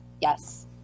Yes